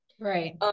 right